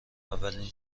اولین